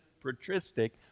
patristic